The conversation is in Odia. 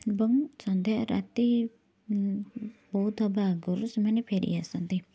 ଏବଂ ସନ୍ଧ୍ୟା ରାତି ବହୁତ ହବା ଆଗରୁ ସେମାନେ ଫେରିଆସନ୍ତି